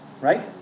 Right